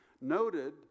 noted